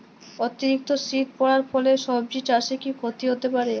অতিরিক্ত শীত পরার ফলে সবজি চাষে কি ক্ষতি হতে পারে?